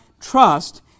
trust